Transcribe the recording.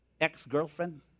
ex-girlfriend